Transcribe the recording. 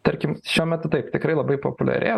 tarkim šiuo metu taip tikrai labai populiarėja